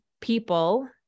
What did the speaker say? people